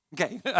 Okay